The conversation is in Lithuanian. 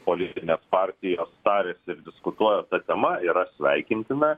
politinės partijos tariasi ir diskutuoja ta tema yra sveikintina